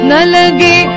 Nalagi